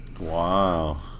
wow